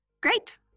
great